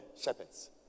shepherds